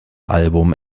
album